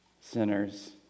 sinners